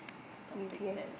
if you have